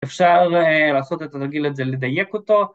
אפשר לעשות את התרגיל לזה, לדייק אותו.